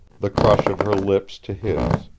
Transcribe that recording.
the crush of her lips to his,